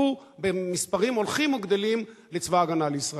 יצטרפו במספרים הולכים וגדלים לצבא-הגנה לישראל.